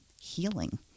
healing